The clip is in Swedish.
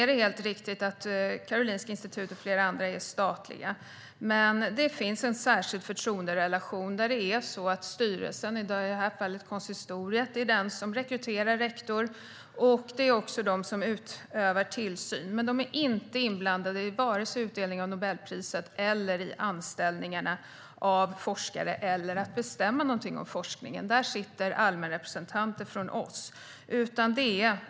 Det är riktigt att Karolinska Institutet och flera andra är statliga, men det finns en särskild förtroenderelation där styrelsen - i det här fallet konsistoriet - rekryterar rektor och utövar tillsyn. De är dock inte inblandade vare sig i att dela ut Nobelpriset, anställa forskare eller bestämma något om forskningen, utan där sitter allmänrepresentanter från oss.